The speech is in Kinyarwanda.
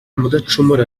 mudacumura